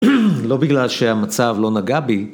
לא בגלל שהמצב לא נגע בי.